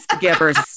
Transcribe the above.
Givers